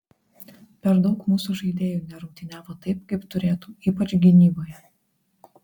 per daug mūsų žaidėjų nerungtyniavo taip kaip turėtų ypač gynyboje